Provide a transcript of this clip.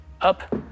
Up